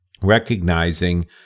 recognizing